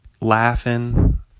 laughing